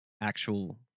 actual